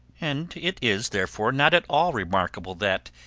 and it is, therefore, not at all remarkable that,